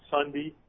Sunday